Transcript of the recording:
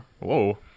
Whoa